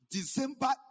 December